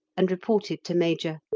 and reported to major,